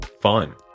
fun